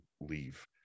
leave